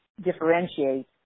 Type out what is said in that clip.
differentiate